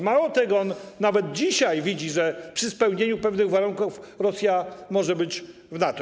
Mało tego, on nawet dzisiaj widzi, że przy spełnieniu pewnych warunków Rosja może być w NATO.